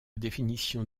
définition